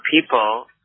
people